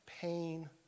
pain